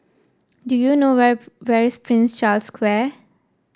do you know where where is Prince Charles Square